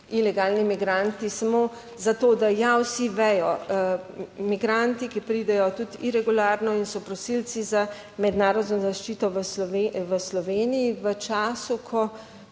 ilegalni migranti, samo za to, da ja vsi vejo migranti, ki pridejo tudi iregularno in so prosilci za mednarodno zaščito v Sloveniji v času, ko